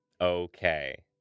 Okay